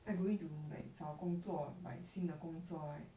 I going to like 找工作 like 新的工作 right